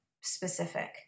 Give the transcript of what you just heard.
specific